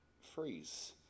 freeze